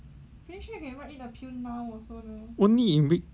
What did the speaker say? only in week two